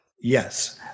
Yes